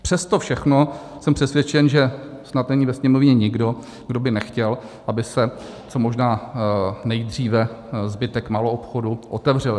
Přes to všechno jsem přesvědčen, že snad není ve Sněmovně nikdo, kdo by nechtěl, aby se co možná nejdříve zbytek maloobchodů otevřel.